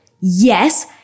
yes